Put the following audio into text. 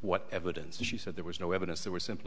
what evidence she said there was no evidence there were simply a